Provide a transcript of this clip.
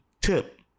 tip